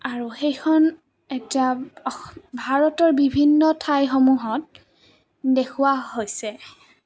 আৰু সেইখন এতিয়া ভাৰতৰ বিভিন্ন ঠাইসমূহত দেখুওৱা হৈছে